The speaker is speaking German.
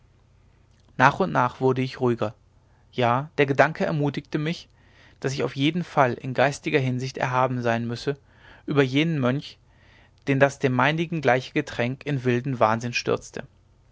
nach und nach wurde ich ruhiger ja der gedanke ermutigte mich daß ich auf jeden fall in geistiger hinsicht erhaben sein müsse über jenen mönch den das dem meinigen gleiche getränk in wilden wahnsinn stürzte